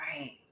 Right